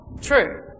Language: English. true